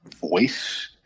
voice